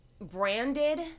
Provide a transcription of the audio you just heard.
branded